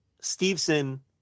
Stevenson